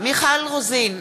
מיכל רוזין,